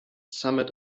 summit